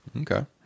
Okay